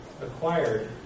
acquired